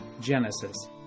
Genesis